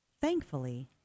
thankfully